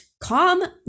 calm